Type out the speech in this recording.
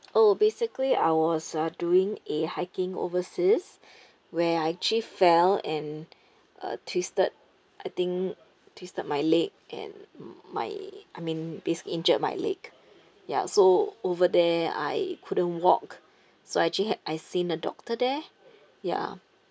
oh basically I was uh doing a hiking overseas where I actually fell and uh twisted I think twisted my leg and mm my I mean based injured my leg ya so over there I couldn't walk so I actually had I seen a doctor there ya